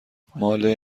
ماله